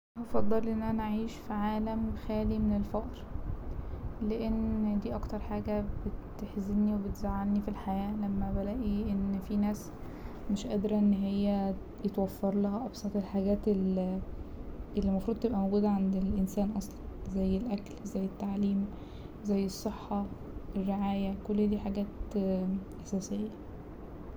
هفضل ان انا اعيش في عالم خالي من الفقرلأن دي اكتر حاجة بتحزني وبتزعلني في الحياة لما بلاقي ان فيه ناس مش قادرة ان هي يتوفرلها ابسط الحاجات اللي المفروض تبقى موجودة عند الانسان اصلا زي الاكل زي التعليم زي الصحة الرعاية كل دي حاجات أساسية.